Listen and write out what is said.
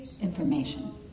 information